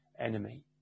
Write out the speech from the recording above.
enemy